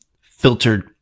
filtered